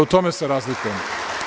U tome se razlikujemo.